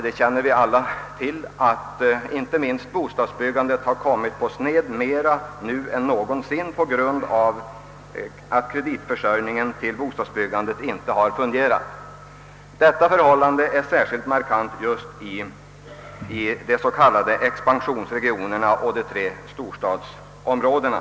Det är allmänt bekant att inte minst bostadsbyggandet kommit på sned, mera nu än någonsin, på grund av att kreditförsörjningen till bostadsbyggandet inte har fungerat. Detta förhållande är särskilt markant i de speciella expansionsregionerna och de tre storstadsområdena.